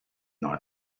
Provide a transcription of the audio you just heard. not